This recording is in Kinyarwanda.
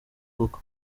koko